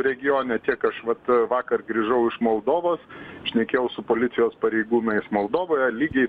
regione tiek aš vat vakar grįžau iš moldovos šnekėjau su policijos pareigūnais moldovoje lygiai